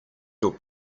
your